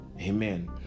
Amen